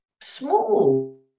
small